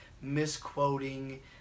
misquoting